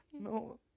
No